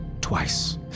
twice